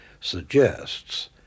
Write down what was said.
suggests